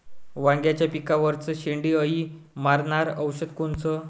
वांग्याच्या पिकावरचं शेंडे अळी मारनारं औषध कोनचं?